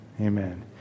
Amen